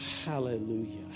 Hallelujah